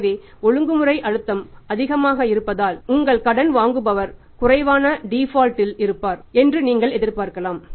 எனவே ஒழுங்குமுறை அழுத்தம் அதிகமாக இருப்பதால் உங்கள் கடன் வாங்குபவர் குறைவான டிபால்ட் இல் இருப்பார் என்று நீங்கள் எதிர்பார்க்கலாம்